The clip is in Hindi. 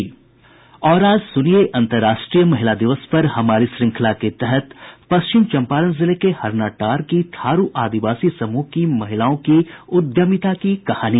और आज सुनिये अंतर्राष्ट्रीय महिला दिवस पर हमारी श्रृंखला के तहत पश्चिम चंपारण जिले में हरनाटांड़ की थारु आदिवासी समूह की महिलाओं की उद्यमिता की कहानी